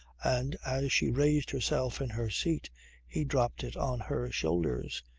and as she raised herself in her seat he dropped it on her shoulders.